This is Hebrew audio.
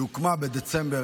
היא הוקמה בדצמבר